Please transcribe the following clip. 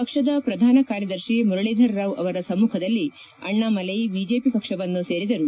ಪಕ್ಷದ ಪ್ರಧಾನ ಕಾರ್ಯದರ್ಶಿ ಮುರಳೀಧರರಾವ್ ಅವರ ಸಮ್ಮಖದಲ್ಲಿ ಅಣ್ಣಾಮಲೈ ಬಿಜೆಪಿ ಪಕ್ಷವನ್ನು ಸೇರಿದರು